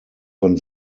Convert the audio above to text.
von